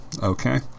Okay